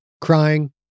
crying